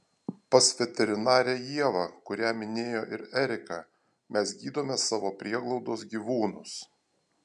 pas veterinarę ievą kurią minėjo ir erika mes gydome savo prieglaudos gyvūnus